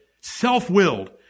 Self-willed